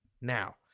Now